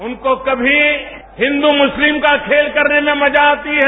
उनको कभी हिंद् मुस्लिम का खेल करने में मजा आती है